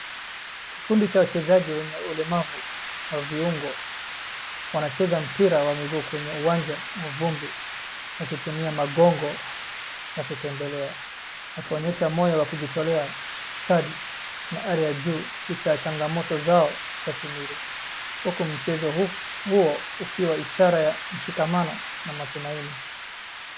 Kikundi cha wachezaji wenye ulemavu wa viungo, wanacheza mpira wa miguu kwenye uwanja wa vumbi wakitumia mangongo ya kutembelea. Akionyesha moyo wa kujitolea stand na hali ya juu licha ya changamto zao za kimwili, huku mchezo huo ukiwa ishara ya msikamano na matumaini.